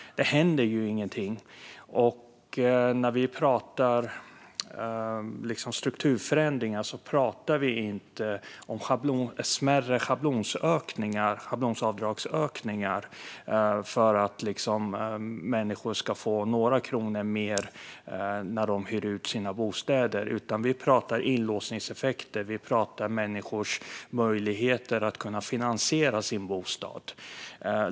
Det händer ju ingenting. När vi pratar om strukturförändringar pratar vi inte om smärre schablonavdragsökningar som ska göra att människor får några kronor mer när de hyr ut sina bostäder, utan vi pratar om inlåsningseffekter och människors möjligheter att finansiera sin bostad.